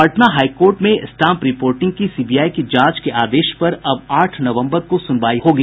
Patna high court में stamp reporting की CBI की जांच के आदेश पर अब आठ नवम्बर को सुनवाई होगी